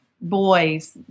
boys